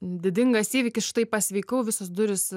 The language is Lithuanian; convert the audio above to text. didingas įvykis štai pasveikau visos durys